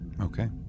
Okay